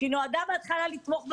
היא נועדה בהתחלה לתמוך בתיכונים,